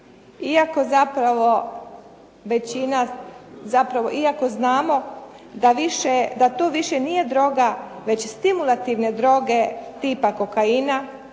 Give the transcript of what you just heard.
da više da to više nije droga već stimulativne droge tima Kokaina,